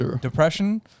depression